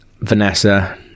Vanessa